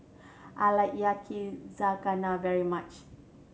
I like Yakizakana very much